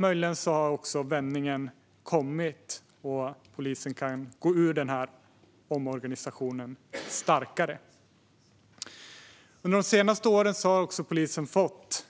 Möjligen har vändningen kommit så att polisen kan gå ur omorganisationen starkare. Under de senaste åren har polisen fått